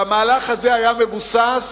והמהלך הזה היה מבוסס